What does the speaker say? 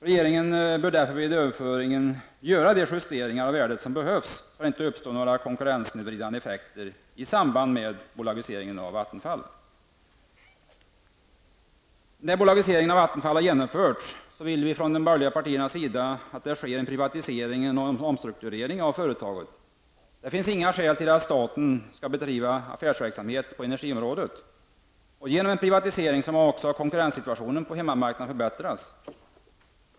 Regeringen bör därför vid överföringen göra de justeringar av värdet som behövs, så att det inte uppstår några konkurrensnedvridande effekter i samband med bolagiseringen av Vattenfall. När bolagiseringen av Vattenfall har genomförts vill vi från de borgerliga partiernas sida att det sker en privatisering och en omstrukturering av företaget. Det finns inga skäl till att staten skall bedriva affärsverksamhet på energiområdet. Genom en privatisering kommer konkurrenssituationen också på hemmamarknaden att förbättras.